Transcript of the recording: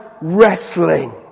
wrestling